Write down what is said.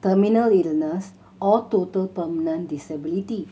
terminal illness or total permanent disability